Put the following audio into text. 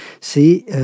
c'est